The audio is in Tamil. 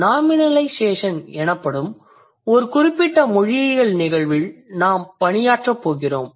நாமினலைசேஷன் எனப்படும் ஒரு குறிப்பிட்ட மொழியியல் நிகழ்வில் நாம் பணியாற்றப் போகிறோம்